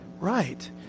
right